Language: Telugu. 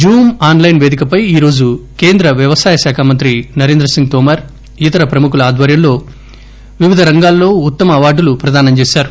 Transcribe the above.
జూమ్ ఆస్ లైస్ పేదికపై ఈ రోజు కేంద్ర వ్యవసాయ శాఖ మంత్రి నరేంద్ర సింగ్ తోమర్ ఇతర ప్రముఖుల ఆధ్వర్యంలో వివిధ రంగాలలో ఉత్తమ అవార్డులు ప్రదానం చేశారు